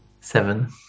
seven